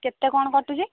କେତେ କ'ଣ କଟୁଛି